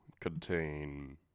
contain